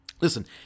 Listen